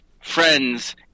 friends